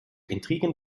intrigen